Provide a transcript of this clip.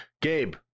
Gabe